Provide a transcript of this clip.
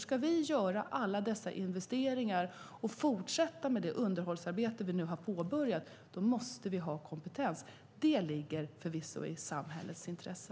Ska vi göra alla dessa investeringar och fortsätta med det underhållsarbete vi nu har påbörjat måste vi ha kompetens. Det ligger förvisso i samhällets intresse.